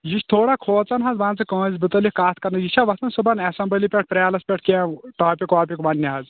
یہِ چھُ تھوڑا کھوژان حظ ونتہٕ کأنٛسہِ مُتلِق کتھ کرو یہِ چھا وۅتھان صُبحن ایٚسمبلی پیٚٹھ پریرس پیٚٹھ کیٚنٛہہ ٹاپِک واپِک وننہِ حظ